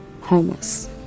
Homeless